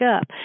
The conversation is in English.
up